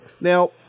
Now